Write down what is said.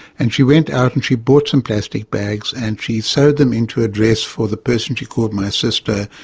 and she went out and she bought some plastic bags and she sewed them into a dress for the person she called my sister,